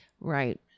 Right